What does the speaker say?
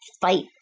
fight